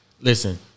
Listen